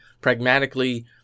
pragmatically